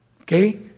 Okay